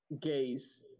gays